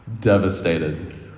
devastated